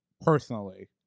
personally